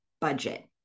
budget